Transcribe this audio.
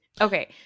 Okay